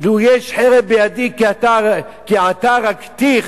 לו יש חרב בידי כי עתה הרגתיך",